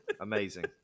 Amazing